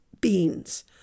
beans